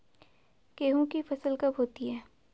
गेहूँ की फसल कब होती है?